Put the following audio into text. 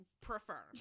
prefer